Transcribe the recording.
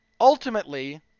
Ultimately